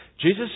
Jesus